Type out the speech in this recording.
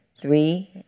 Three